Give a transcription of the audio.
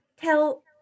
tell